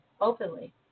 openly